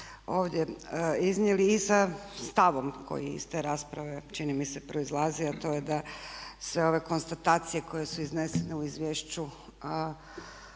ovdje iznijeli. I sa stavom koji iz te rasprave proizlazi čini mi se a to je da sa ove konstatacije koje su iznesene u izvješću